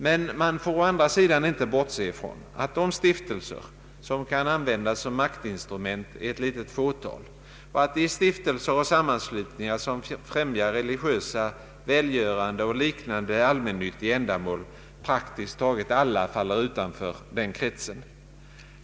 Men man får å andra sidan inte bortse ifrån att de stiftelser som kan användas som maktinstrument är ett litet fåtal och att de stiftelser och sammanslutningar som främjar religiösa, välgörande och liknande allmännyttiga ändamål praktiskt taget alla faller utanför denna krets.